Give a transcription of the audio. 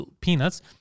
peanuts